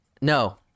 no